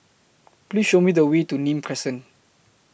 Please Show Me The Way to Nim Crescent